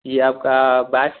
यह आपका बाईस